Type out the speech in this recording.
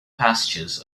pastures